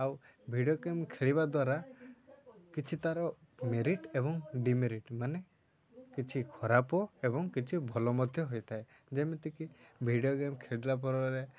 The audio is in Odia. ଆଉ ଭିଡ଼ିଓ ଗେମ୍ ଖେଳିବା ଦ୍ୱାରା କିଛି ତା'ର ମେରିଟ୍ ଏବଂ ଡିମେରିଟ୍ ମାନେ କିଛି ଖରାପ ଏବଂ କିଛି ଭଲ ମଧ୍ୟ ହୋଇଥାଏ ଯେମିତିକି ଭିଡ଼ିଓ ଗେମ୍ ଖେଳିଲା ପରରେ